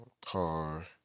car